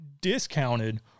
discounted